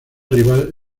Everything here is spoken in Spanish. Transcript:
rival